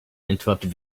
interrupted